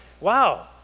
wow